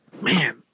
man